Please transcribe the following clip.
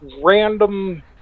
random